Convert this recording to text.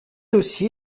aussi